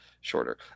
shorter